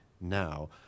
now –